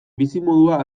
bizimodua